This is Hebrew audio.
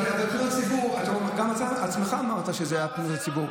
אבל גם אתה עצמך אמרת שזה היה פניות ציבור.